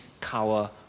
cower